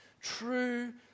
true